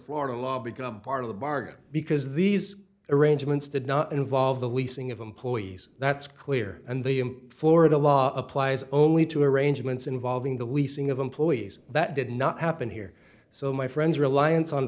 florida law become part of the bargain because these arrangements did not involve the leasing of employees that's clear and the for the law applies only to arrangements involving the leasing of employees that did not happen here so my friend's reliance on